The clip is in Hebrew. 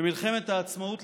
במלחמת העצמאות,